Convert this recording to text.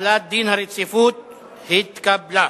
החלת דין הרציפות התקבלה.